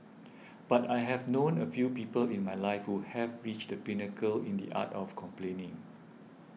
but I have known a few people in my life who have reached the pinnacle in the art of complaining